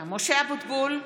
אבוטבול,